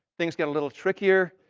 things get a little trickier.